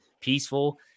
peaceful